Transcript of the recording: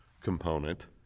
component